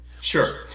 Sure